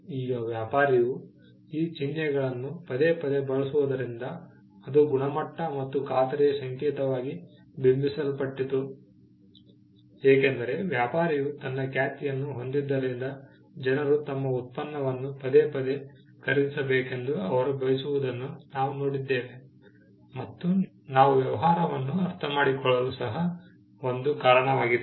ಈಗ ವ್ಯಾಪಾರಿಯು ಈ ಚಿಹ್ನೆಗಳನ್ನು ಪದೇ ಪದೇ ಬಳಸುವುದರಿಂದ ಅದು ಗುಣಮಟ್ಟ ಮತ್ತು ಖಾತರಿಯ ಸಂಕೇತವಾಗಿ ಬಿಂಬಿಸಲ್ಪಟ್ಟಿತು ಏಕೆಂದರೆ ವ್ಯಾಪಾರಿಯು ತನ್ನ ಖ್ಯಾತಿಯನ್ನು ಹೊಂದಿದ್ದರಿಂದ ಜನರು ತಮ್ಮ ಉತ್ಪನ್ನವನ್ನು ಪದೇ ಪದೇ ಖರೀದಿಸಬೇಕೆಂದು ಅವರು ಬಯಸುವುದನ್ನು ನಾವು ನೋಡಿದ್ದೇವೆ ಮತ್ತು ನಾವು ವ್ಯವಹಾರವನ್ನು ಅರ್ಥಮಾಡಿಕೊಳ್ಳಲು ಅದು ಸಹ ಒಂದು ಕಾರಣವಾಗಿದೆ